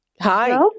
Hi